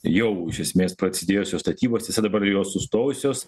jau iš esmės prasidėjusios statybos tiesa dabar jos sustojusios